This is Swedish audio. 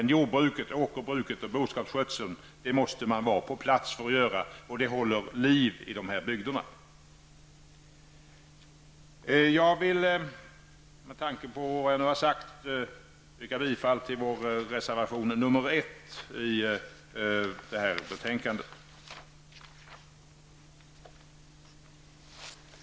Jordbruketåkerbruket och bostadskötseln måste man vara på plats för att sköta. Det håller dessa bygder vid liv. Jag vill -- med hänvisning till vad jag nu har sagt -- yrka bifall till vår reservation nr 1 i betänkandet.